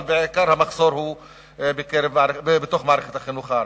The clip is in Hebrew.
אבל המחסור הוא בעיקר בתוך מערכת החינוך הערבית.